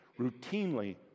routinely